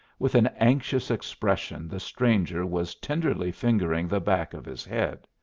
with an anxious expression the stranger was tenderly fingering the back of his head.